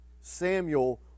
Samuel